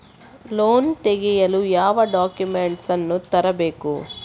Loan ತೆಗೆಯಲು ಯಾವ documents ಅನ್ನು ತರಬೇಕು?